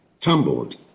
tumbled